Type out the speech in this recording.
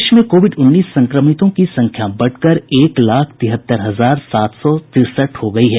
देश में कोविड उन्नीस संक्रमितों की संख्या बढ़कर एक लाख तिहत्तर हजार सात सौ तिरसठ हो गई है